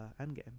endgame